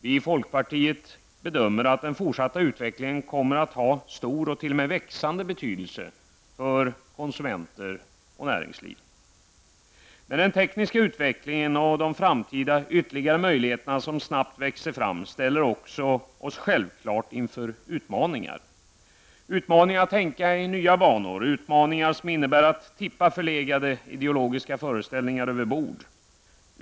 Vi i folkpartiet bedömer att den fortsatta utvecklingen kommer att ha stor och t.o.m. växande betydelse för konsumenter och näringsliv. Men den tekniska utvecklingen och de framtida ytterligare möjligheterna som snabbt växer fram ställer oss självfallet också inför utmaningar. Utmaningar att tänka i nya banor. Utmaningar som innebär att tippa förlegade ideologiska föreställningar över bord.